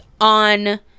on